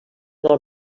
nom